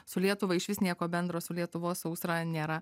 su lietuva išvis nieko bendro su lietuvos sausra nėra